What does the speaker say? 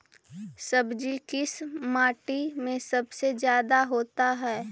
सब्जी किस माटी में सबसे ज्यादा होता है?